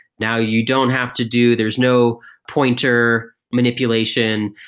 now you don't have to do there is no pointer manipulation,